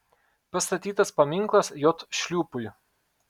pastatytas paminklas j šliūpui